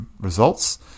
results